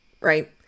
Right